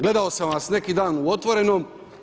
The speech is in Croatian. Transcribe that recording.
Gledao sam vas neki dan u Otvorenom.